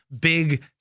big